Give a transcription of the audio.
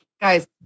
Guys